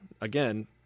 again